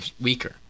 weaker